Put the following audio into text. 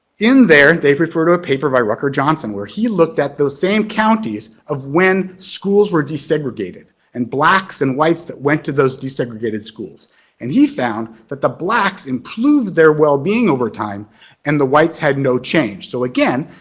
in there, they refer to a paper by rucker johnson where he looked at those same counties of when schools were desegregated and blacks and whites that went to those desegregated schools and he found that the blacks improved their well-being over time and the whites had no change. so again,